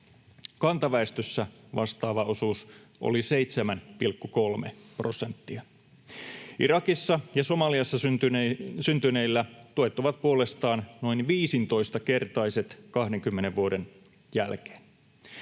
Kantaväestössä vastaava osuus oli 7,3 prosenttia. Irakissa ja Somaliassa syntyneillä tuet ovat puolestaan noin 15-kertaiset 20 vuoden jälkeen.